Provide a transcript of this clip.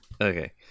Okay